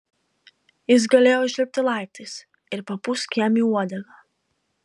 jis galėjo užlipti laiptais ir papūsk jam į uodegą